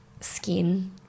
skin